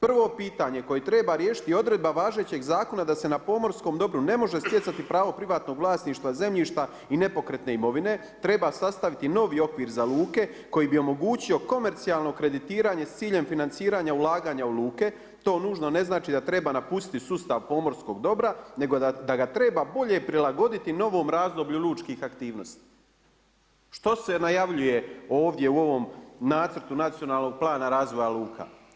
Prvo pitanje koje treba riješiti i odredba važećeg zakona da se na pomorskom dobru ne može stjecati pravo privatnog vlasništva zemljišta i nepokretne imovine, treba sastaviti novi okvir za luke koji bi omogućio komercijalno kreditiranje s ciljem financiranja ulaganja u luke, to nužno ne znači da treba napustiti sustav pomorskog dobra nego da ga treba bolje prilagoditi novom razdoblju lučkih aktivnosti.“ Što se najavljuje ovdje u ovom nacrtu Nacionalnog plana razvoja luka?